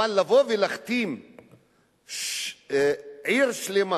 אבל לבוא ולהכתים עיר שלמה